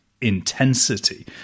intensity